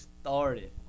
started